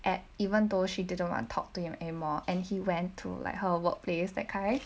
and even though she didn't want to talk to him anymore and he went to like her workplace that kind